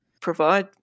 provide